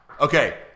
Okay